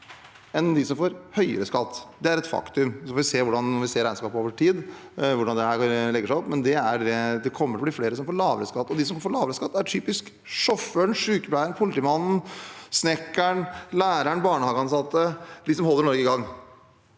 enn de som får høyere skatt, det er et faktum. Så får vi se, når vi ser regnskapet over tid, hvordan dette legges opp, men det kommer til å bli flere som får lavere skatt. De som får lavere skatt, er typisk sjåføren, sykepleieren, politimannen, snekkeren, læreren og den barnehageansatte – de som holder Norge i gang.